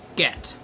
get